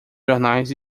jornais